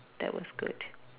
that was good